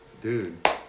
Dude